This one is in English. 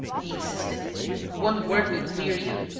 he insisted one word will clear you.